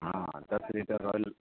हाँ दस litre royal